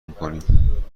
میکنیم